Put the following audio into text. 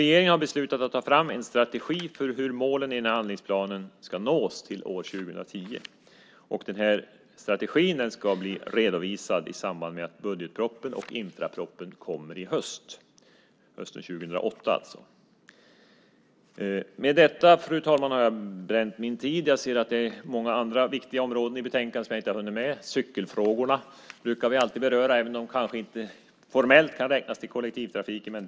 Regeringen har beslutat att ta fram en strategi för hur målen i handlingsplanen ska nås till år 2010. Strategin avses bli redovisad i samband med att budgetpropositionen och infrastrukturpropositionen kommer i höst, hösten 2008 alltså. Därmed, fru talman, har jag gjort slut på min talartid. Det finns många viktiga områden i betänkandet som jag inte hunnit ta upp. Ett sådant gäller cykelfrågorna, som vi alltid brukar beröra, även om de kanske inte formellt kan räknas till kollektivtrafiken.